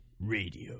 Radio